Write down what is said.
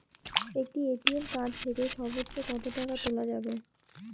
একটি ATM card থেকে সর্বোচ্চ কত টাকা তোলা যাবে?